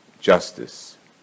justice